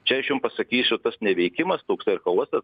čia aš jum pasakysiu tas neveikimas toksai ar chaosas